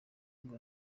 ngo